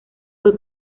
fue